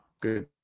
good